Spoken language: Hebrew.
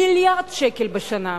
1 מיליארד שקל בשנה.